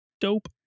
dope